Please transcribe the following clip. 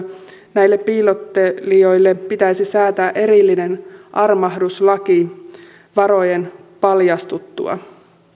näille piilottelijoille pitäisi säätää erillinen armahduslaki varojen paljastuttua